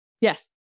Yes